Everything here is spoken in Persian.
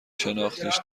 شناختیش